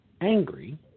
angry